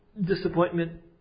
disappointment